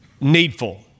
Needful